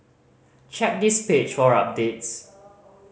check this page for updates